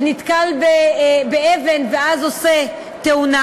או כשרכב שנתקל באבן ואז עושה תאונה.